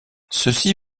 ceci